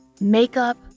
Makeup